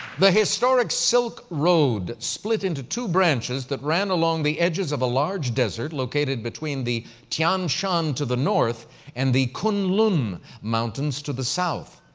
the historic silk road split into two branches that ran along the edges of a large desert located between the tian shan to the north and the kunlun mountains to the south.